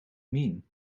mean